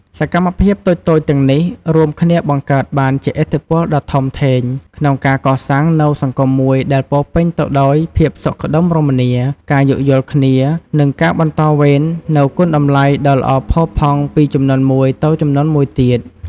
សកម្មភាពតូចៗទាំងនេះ រួមគ្នាបង្កើតបានជាឥទ្ធិពលដ៏ធំធេងក្នុងការកសាងនូវសង្គមមួយដែលពោរពេញទៅដោយភាពសុខដុមរមនា ការយោគយល់គ្នា និងការបន្តវេននូវគុណតម្លៃដ៏ល្អផូរផង់ពីជំនាន់មួយទៅជំនាន់មួយទៀត។